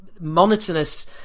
monotonous